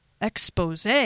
expose